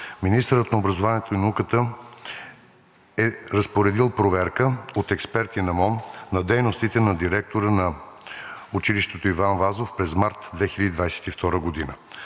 министърът на образованието и науката е разпоредил проверка от експерти на МОН на дейностите на директора на училището „Иван Вазов“ през март 2022 г.